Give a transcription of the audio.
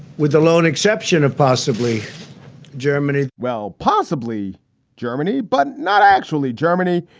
with the lone exception of possibly germany well, possibly germany, but not actually germany,